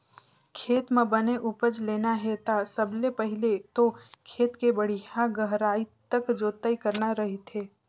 खेत म बने उपज लेना हे ता सबले पहिले तो खेत के बड़िहा गहराई तक जोतई करना रहिथे